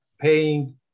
paying